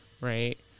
Right